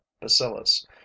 bacillus